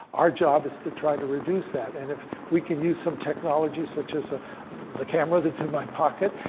our job is to try to reduce that. and if we can use some technology such as the camera that's in my pocket,